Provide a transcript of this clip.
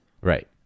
Right